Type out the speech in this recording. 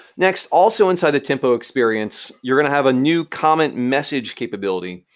next, also inside the tempo experience, you're going to have a new comment message capability.